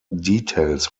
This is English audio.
details